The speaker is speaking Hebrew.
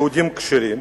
יהודים כשרים,